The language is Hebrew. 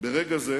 ברגע זה